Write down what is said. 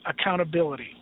accountability